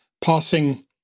passing